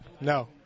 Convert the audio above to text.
No